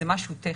זה משהו טכני.